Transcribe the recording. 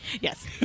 Yes